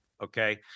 Okay